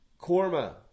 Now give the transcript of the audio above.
Korma